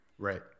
Right